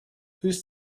whose